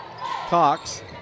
Cox